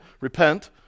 repent